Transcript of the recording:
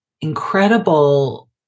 incredible